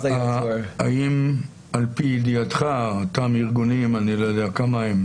האם על-פי ידיעתך --- אני לא יודע כמה הם,